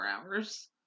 hours